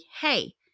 hey